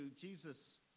Jesus